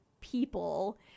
people